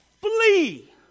Flee